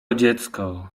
dziecko